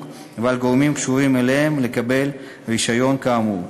ועל גורמים הקשורים אליהם לקבל רישיון כאמור.